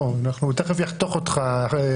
תקצרו, הוא תכף יחתוך אותך.